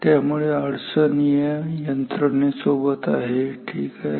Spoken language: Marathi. त्यामुळे अडचण या यंत्रणेसोबत आहे ठीक आहे